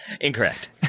Incorrect